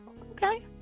Okay